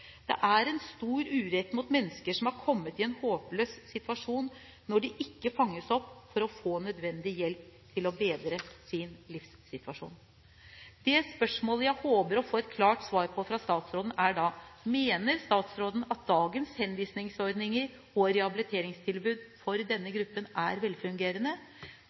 Det er en stor urett mot mennesker som er kommet i en håpløs situasjon, at de ikke fanges opp for å få nødvendig hjelp til å bedre sin livssituasjon. Det spørsmålet jeg håper å få et klart svar på fra statsråden, er: Mener statsråden at dagens henvisningsordninger og rehabiliteringstilbud for denne gruppen er velfungerende?